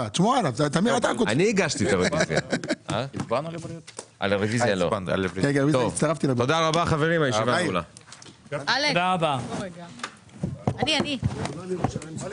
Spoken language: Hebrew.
בשעה 10:44.